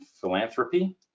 philanthropy